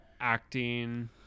acting